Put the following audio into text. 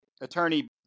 attorney